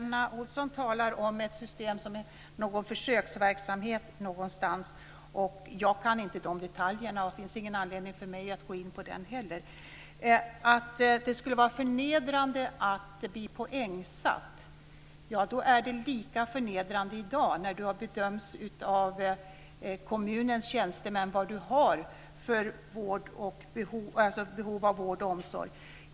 Fru talman! Lena Olsson talar om någon försöksverksamhet någonstans. Jag kan inte de detaljerna. Det finns ingen anledning för mig att gå in på detta. Lena Olsson säger att det skulle vara förnedrande att bli poängsatt. Då är det lika förnedrande i dag när kommunens tjänstemän bedömer vilka behov av vård och omsorg man har.